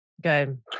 Good